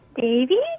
Baby